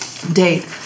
Date